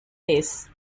base